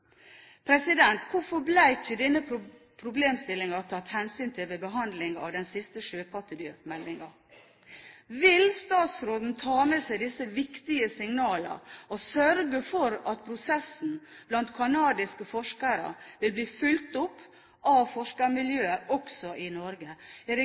Hvorfor ble ikke denne problemstillingen tatt hensyn til ved behandlingen av den siste sjøpattedyrmeldingen? Vil statsråden ta med seg disse viktige signalene og sørge for at prosessen blant kanadiske forskere vil bli fulgt opp av forskermiljøet også i